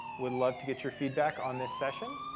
would love to get your feedback on this session.